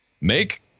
make